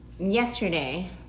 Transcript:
Yesterday